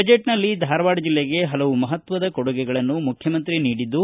ಬಜೆಟ್ನಲ್ಲಿ ಧಾರವಾಡ ಜಿಲ್ಲೆಗೆ ಹಲವು ಮಹತ್ವದ ಕೊಡುಗೆಗಳನ್ನು ಮುಖ್ಯಮಂತ್ರಿ ನೀಡಿದ್ದು